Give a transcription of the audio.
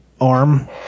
Arm